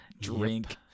Drink